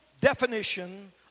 definition